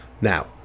Now